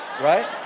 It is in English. right